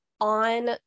on